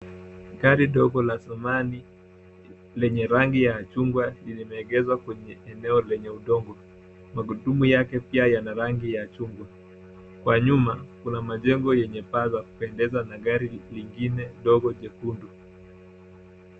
Gari dogo la zamani lenye rangi ya chungwa limeegezwa kwenye eneo lenye udongo. Magurudumu yake pia yana rangi ya chungwa. Kwa nyuma kuna majengo yenye paa za kupendeza na gari lingine dogo jekundu.